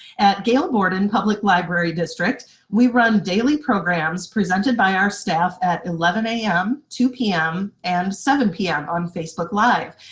at gail borden public library district we run daily programs presented by our staff at eleven am, two pm, and seven pm on facebook live.